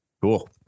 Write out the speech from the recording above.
cool